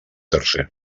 tercer